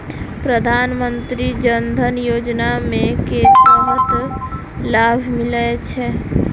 प्रधानमंत्री जनधन योजना मे केँ तरहक लाभ मिलय छै?